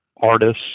artists